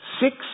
Six